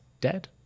dead